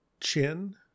chin